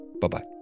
Bye-bye